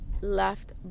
left